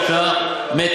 עסקאות.